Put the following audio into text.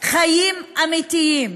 חיים אמיתיים,